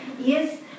Yes